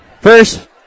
First